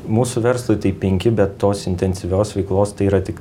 mūsų verslui tai penki bet tos intensyvios veiklos tai yra tik